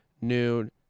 noon